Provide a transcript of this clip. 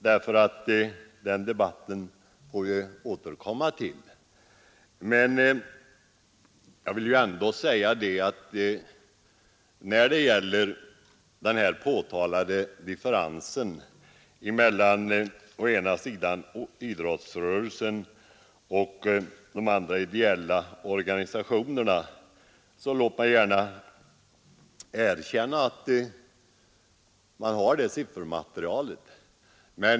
Den debatten får vi återkomma till. När det gäller den påtalade differensen mellan å ena sidan idrottsrörelsen och å andra sidan de övriga ideella organisationerna vill jag emellertid gärna erkänna att vi har det siffermaterialet.